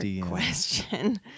question